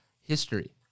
history